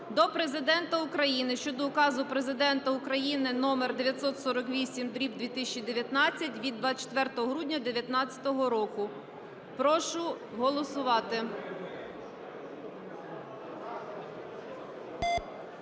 до Президента України щодо Указу Президента України №948/2019 від 24 грудня 2019 року. Прошу голосувати.